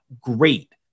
great